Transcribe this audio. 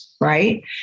right